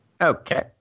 okay